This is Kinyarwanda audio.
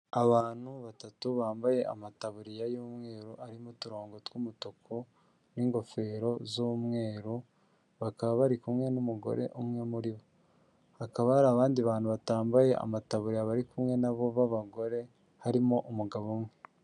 Abantu batatu bambaye amataburiya y'umweru arimo uturongo tw'umutuku n'ingofero z'umweru, bakaba bari kumwe n'umugore umwe muri bo. Hakaba hari abandi bantu batambaye amataburiya bari kumwe na bo b'abagore, harimo umugabo umwe.